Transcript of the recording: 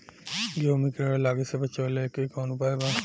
गेहूँ मे कीड़ा लागे से बचावेला कौन उपाय बा?